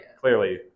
clearly